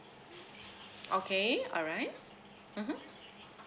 okay alright mmhmm